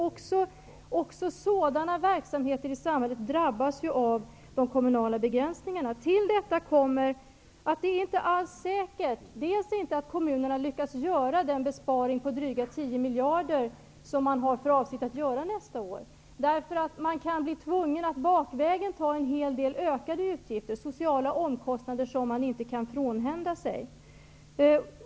Också sådana verksamheter i samhället drabbas ju av de kommunala begränsningarna. Till detta kommer att det för det första inte alls är säkert att kommunerna lyckas göra den besparing om drygt 10 miljarder som man har för avsikt att göra nästa år. Man kan bli tvungen att bakvägen ta på sig en hel del utgiftsökningar på grund av sociala omkostnader som man inte kan frånhända sig.